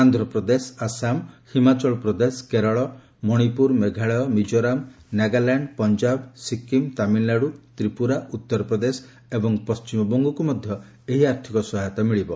ଆନ୍ଧ୍ରପ୍ରଦେଶ ଆସାମ ହିମାଚଳ ପ୍ରଦେଶ କେରଳ ମଣିପୁର ମେଘାଳୟଳ ମିକ୍କୋରାମ୍ ନାଗାଲ୍ୟାଣ୍ଡ ପଞ୍ଜାବ ସିକ୍କିମ୍ ତାମିଲନାଡୁ ତ୍ରିପୁରା ଉତ୍ତର ପ୍ରଦେଶ ଏବଂ ପଣ୍ଟିମବଙ୍ଗକୁ ମଧ୍ୟ ଏହି ଆର୍ଥକ ସହାୟତା ମିଳିବ